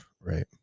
Right